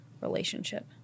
relationship